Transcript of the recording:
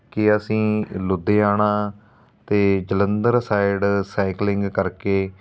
ਕਿ ਅਸੀਂ ਲੁਧਿਆਣਾ ਅਤੇ ਜਲੰਧਰ ਸਾਇਡ ਸਾਈਕਲਿੰਗ ਕਰਕੇ